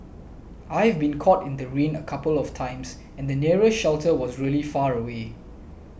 I've been caught in the rain a couple of times and the nearest shelter was really far away